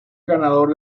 ganador